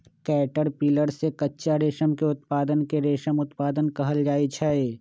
caterpillar से कच्चा रेशम के उत्पादन के रेशम उत्पादन कहल जाई छई